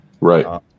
Right